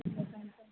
ठीक आहे थँक्यू